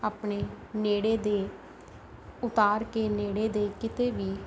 ਆਪਣੇ ਨੇੜੇ ਦੇ ਉਤਾਰ ਕੇ ਨੇੜੇ ਦੇ ਕਿਤੇ ਵੀ